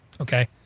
Okay